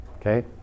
okay